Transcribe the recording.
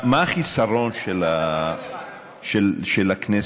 מה החיסרון של הכנסת